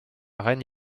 reine